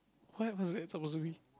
what was that supposed to be